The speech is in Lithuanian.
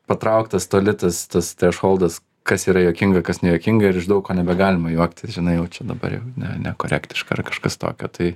patrauktas toli tas tas trešholdas kas yra juokinga kas nejuokinga ir iš daug ko nebegalima juoktis žinai jau čia dabar jau ne nekorektiška ar kažkas tokio tai